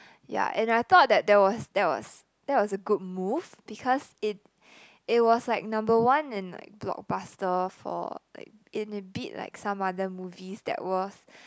ya and I thought that that was that was that was a good move because it it was like number one in like blockbuster for like and it beat like some other movies that was